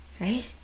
right